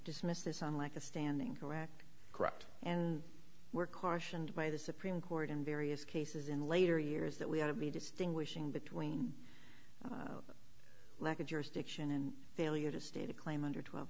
dismissed this on like a standing correct correct and we're cautioned by the supreme court in various cases in later years that we ought to be distinguishing between lack of jurisdiction and failure to state a claim under twelve